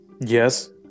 Yes